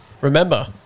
Remember